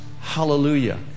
hallelujah